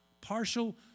partial